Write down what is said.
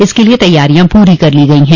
इसके लिए तैयारियां पूरी कर ली गई हैं